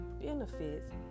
benefits